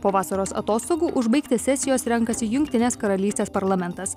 po vasaros atostogų užbaigti sesijos renkasi jungtinės karalystės parlamentas